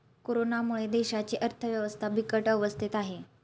कोरोनामुळे देशाची अर्थव्यवस्था बिकट अवस्थेत आहे